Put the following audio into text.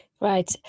Right